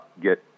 get